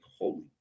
holy